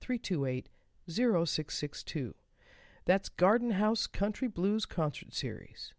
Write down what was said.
three two eight zero six six two that's garden house country blues concert series